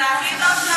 זה הכי טוב שלך?